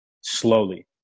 slowly